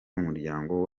umuryango